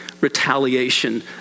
retaliation